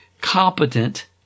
competent